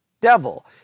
devil